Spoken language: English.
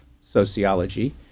sociology